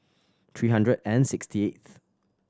three hundred and sixty eighth